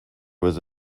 was